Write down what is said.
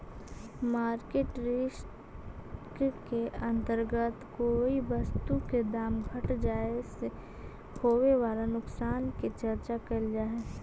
market risk के अंतर्गत कोई वस्तु के दाम घट जाए से होवे वाला नुकसान के चर्चा कैल जा हई